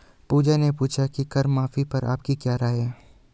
पूजा ने पूछा कि कर माफी पर आपकी क्या राय है?